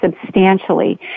substantially